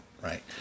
right